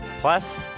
Plus